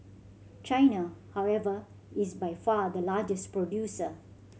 China however is by far the largest producer